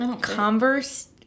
converse